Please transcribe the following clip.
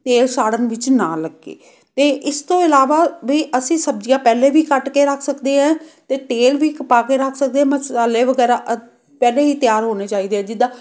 ਤੇਲ ਸਾੜਨ ਵਿੱਚ ਨਾ ਲੱਗੇ ਅਤੇ ਇਸ ਤੋਂ ਇਲਾਵਾ ਵੀ ਅਸੀਂ ਸਬਜ਼ੀਆਂ ਪਹਿਲੇ ਵੀ ਕੱਟ ਕੇ ਰੱਖ ਸਕਦੇ ਹੈ ਅਤੇ ਤੇਲ ਵੀ ਇੱਕ ਪਾ ਕੇ ਰੱਖ ਸਕਦੇ ਹੈ ਮਸਾਲੇ ਵਗੈਰਾ ਅ ਪਹਿਲੇ ਹੀ ਤਿਆਰ ਹੋਣੇ ਚਾਹੀਦੇ ਆ ਜਿੱਦਾਂ